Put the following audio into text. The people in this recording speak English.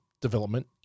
development